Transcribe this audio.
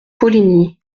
poligny